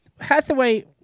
Hathaway